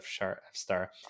F-Star